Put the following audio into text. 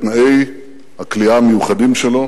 בתנאי הכליאה המיוחדים שלו,